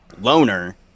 loner